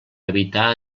evitar